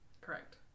Correct